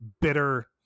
bitter